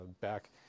Back